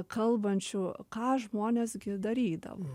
kalbančių ką žmonės gi darydavo